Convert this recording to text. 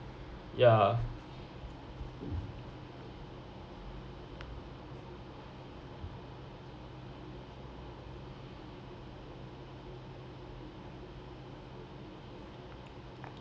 ya